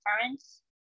parents